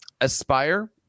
Aspire